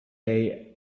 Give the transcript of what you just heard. day